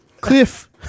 Cliff